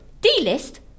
D-list